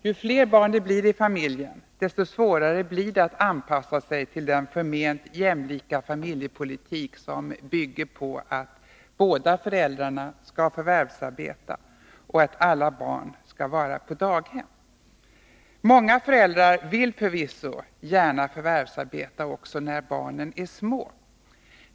Ju fler barn det blir i familjen, desto svårare blir det att anpassa sig till den förment jämlika familjepolitik som bygger på att båda föräldrarna skall förvärvsarbeta och att alla barnen skall vara på daghem. Många föräldrar vill förvisso gärna förvärvsarbeta även när barnen är små.